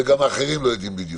וגם האחרים לא יודעים בדיוק.